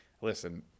Listen